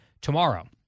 tomorrow